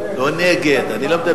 הוא לא נגד, הוא רק אומר